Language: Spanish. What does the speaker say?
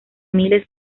miles